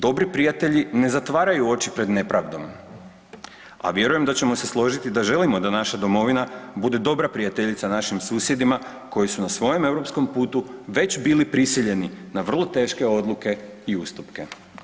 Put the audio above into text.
Dobri prijatelji ne zatvaraju oči pred nepravdom, a vjerujem da ćemo se složiti da želimo da naša domovina bude dobra prijateljica našim susjedima koji su na svojem europskom putu već bili prisiljeni na vrlo teške odluke i ustupke.